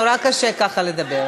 נורא קשה ככה לדבר.